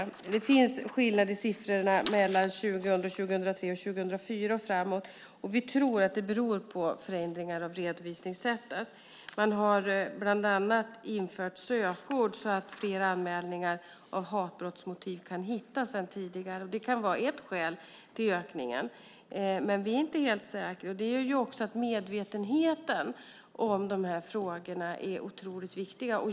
Det finns en skillnad i siffrorna mellan 2003, 2004 och framåt. Vi tror att det beror på förändringar av redovisningssättet. Man har bland annat infört sökord så att fler anmälningar än tidigare av brott med hatmotiv kan hittas. Det kan vara ett skäl till ökningen, men vi är inte helt säkra. Detta gör också att medvetenheten om dessa frågor är otroligt viktig.